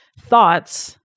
thoughts